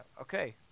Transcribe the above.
Okay